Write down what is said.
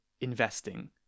investing